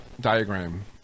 diagram